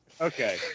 Okay